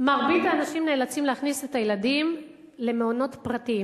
מרבית האנשים נאלצים להכניס את הילדים למעונות פרטיים,